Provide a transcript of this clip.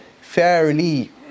fairly